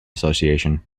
association